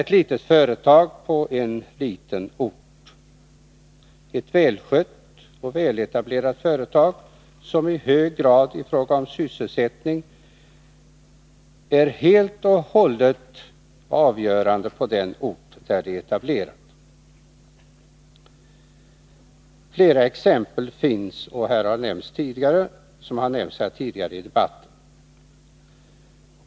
Detta gäller ett mindre företag på en liten ort, ett välskött och väletablerat företag som i hög grad i fråga om sysselsättning är helt och hållet avgörande för den ort där det är etablerat. Fler exempel finns och har nämnts tidigare i debatten i dag.